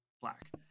black